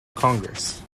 congress